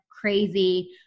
crazy